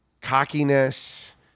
cockiness